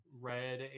Red